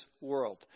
world